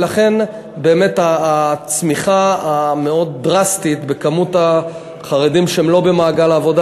ולכן באמת הצמיחה המאוד-דרסטית במספר החרדים שהם לא במעגל העבודה,